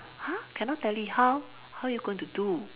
!huh! cannot tally how how you going to do